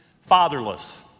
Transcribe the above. fatherless